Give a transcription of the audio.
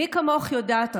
מי כמוך יודעת,